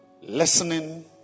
Listening